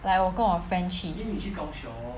like 我跟我 friend 去